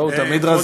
לא, הוא תמיד רזה.